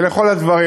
ולכל הדברים,